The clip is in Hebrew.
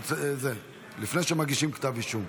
לפני שמגישים כתב אישום.